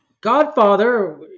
Godfather